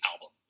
album